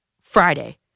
Friday